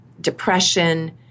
depression